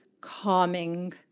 calming